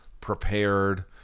prepared